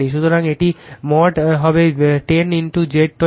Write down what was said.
সুতরাং এটি mod হবে 10 j 20